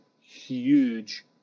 huge